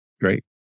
Great